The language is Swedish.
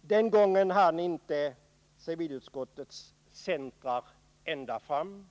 Den gången hann civilutskottets centerledamöter inte ända fram.